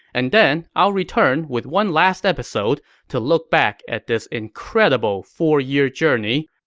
and then i'll return with one last episode to look back at this incredible four-year journey